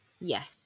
Yes